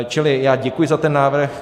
Čili já děkuji za ten návrh.